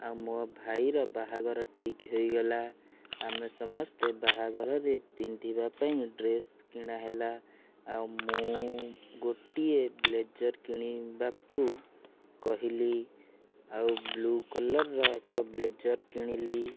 ଆଉ ମୋ ଭାଇର ବାହାଘର ଠିକ୍ ହୋଇଗଲା ଆମେ ସମସ୍ତେ ବାହାଘରରେ ପିନ୍ଧିବା ପାଇଁ ଡ୍ରେସ୍ କିଣାହେଲା ଆଉ ମୁଁ ଗୋଟିଏ ବ୍ଲେଜର୍ କିଣିବାକୁ କହିଲି ଆଉ ବ୍ଲୁ କଲର୍ର ଏକ ବ୍ଲେଜର୍ କିଣିଲି